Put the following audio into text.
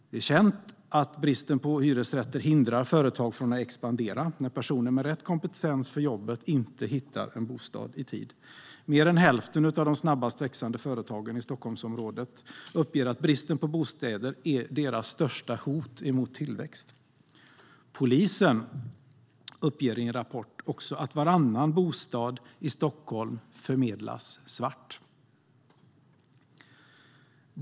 Det är känt att bristen på hyresrätter hindrar företag från att expandera, när personer med rätt kompetens för jobbet inte hittar bostad i tid. Mer än hälften av de snabbast växande företagen i Stockholmsområdet uppger att bristen på bostäder är deras största hot mot tillväxt. Polisen uppger i en rapport att varannan bostad i Stockholm förmedlas svart.